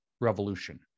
revolution